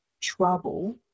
trouble